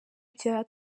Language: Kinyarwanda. bya